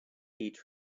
heat